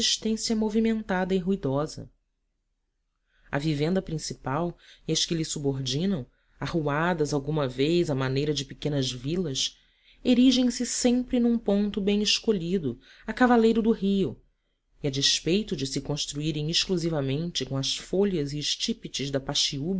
existência movimentada e ruidosa a vivenda principal e as que se lhe subordinam arruadas alguma vez à maneira de pequenas vilas erigem se sempre num ponto bem escolhido a cavaleiro do rio e a despeito de se construírem exclusivamente com as folhas e estípites da